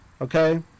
okay